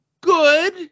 good